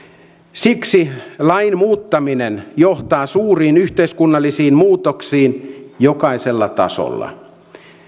siksi lain muuttaminen johtaa suuriin yhteiskunnallisiin muutoksiin jokaisella tasolla